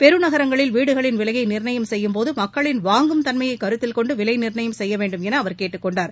பெருநகரங்களில் வீடுகளின் விலையை நிர்ணயம் செய்யும் போது மக்களின் வாங்கும் தன்மையை கருத்தில் கொண்டு விலை நிர்ணயம் செய்ய வேண்டுமௌ அவர் கேட்டுக் கொண்டார்